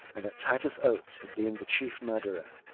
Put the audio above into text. and that titus oates had been the chief murderer.